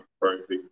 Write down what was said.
perfect